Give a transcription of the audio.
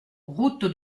route